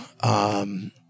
Um-